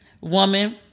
woman